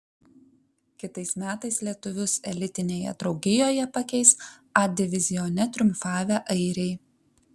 kitais metais lietuvius elitinėje draugijoje pakeis a divizione triumfavę airiai